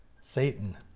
Satan